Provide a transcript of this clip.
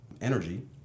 energy